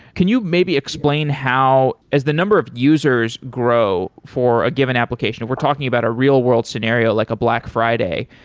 can you maybe explain how as the number of users grow for a given applications. if we're talking about a real-world scenario, like a black friday,